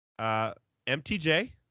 MTJ